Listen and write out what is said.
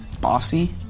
bossy